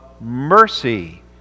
mercy